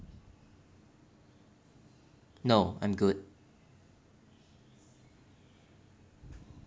no I'm good